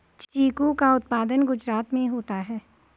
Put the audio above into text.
चीकू का उत्पादन गुजरात में होता है